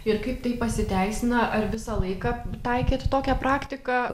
ir kaip tai pasiteisina ar visą laiką taikėt tokią praktiką